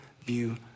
view